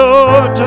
Lord